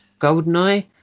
*GoldenEye*